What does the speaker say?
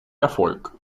erfolg